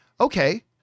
Okay